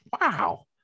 Wow